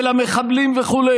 למחבלים וכו',